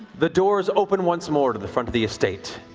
the doors open once more to the front of the estate,